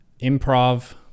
improv